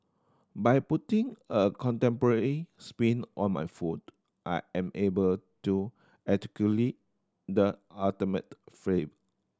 by putting a contemporary spin on my food I am able to articulate the ultimate